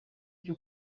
ujya